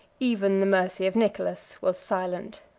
even the mercy of nicholas was silent.